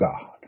God